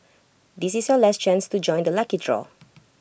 this is your last chance to join the lucky draw